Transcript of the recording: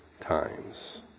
times